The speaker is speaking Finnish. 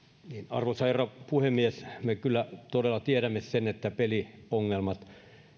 arvoisa herra puhemies me kyllä todella tiedämme sen että peliongelmat